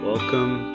Welcome